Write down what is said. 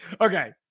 Okay